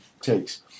takes